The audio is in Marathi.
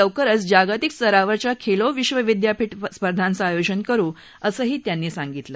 लवकरच आपण जागतिक स्तरावरच्या खेलो विश्वविद्यापीठ स्पर्धांचं आयोजन करु असंही त्यांनी सांगितलं